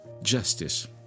Justice